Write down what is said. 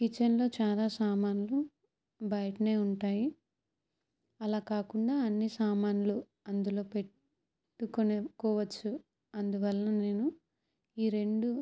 కిచెన్లో చాలా సామాన్లు బయటనే ఉంటాయి అలా కాకుండా అన్ని సామాన్లు అందులో పెట్టుకొని కోవచ్చు అందువల్ల నేను ఈ రెండు